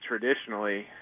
traditionally